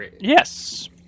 Yes